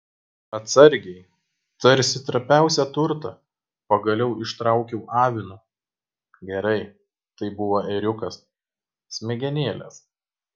atsargiai tarsi trapiausią turtą pagaliau ištraukiau avino gerai tai buvo ėriukas smegenėles